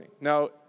Now